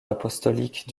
apostolique